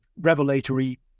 revelatory